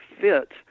fit